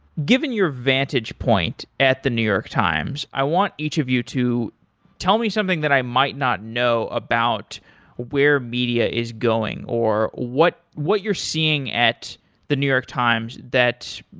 given your vantage point at the new york times, i want each of you to tell me something that i might not know about where media is going or what what you're seeing at the new york times that,